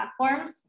platforms